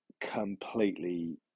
completely